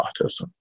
autism